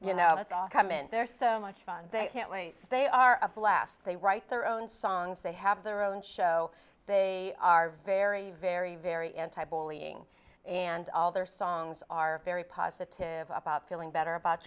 all come in there so much fun they can't wait they are a blast they write their own songs they have their own show they are very very very anti bullying and all their songs are very positive about feeling better about